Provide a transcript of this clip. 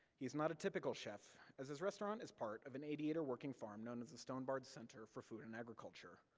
he is not a typical chef, as his restaurant is part of an eighty acre working farm known as the stone barn center for food and agriculture,